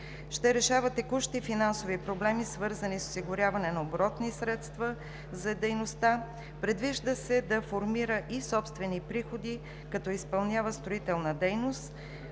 Ще решава текущи финансови проблеми, свързани с осигуряване на оборотни средства за дейността. Предвижда се да формира и собствени приходи, като изпълнява строителна дейност.